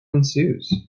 ensues